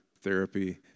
therapy